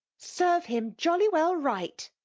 serve him jolly well right!